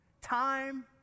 Time